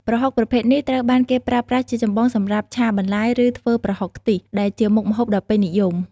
ប្រហុកប្រភេទនេះត្រូវបានគេប្រើប្រាស់ជាចម្បងសម្រាប់ ឆាបន្លែ ឬ ធ្វើប្រហុកខ្ទិះ ដែលជាមុខម្ហូបដ៏ពេញនិយម។